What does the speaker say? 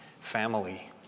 family